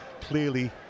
clearly